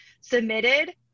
submitted